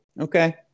Okay